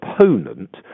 opponent